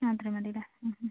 ആ അത്രയും മതിയല്ലേ